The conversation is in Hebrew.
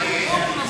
אנחנו מצביעים.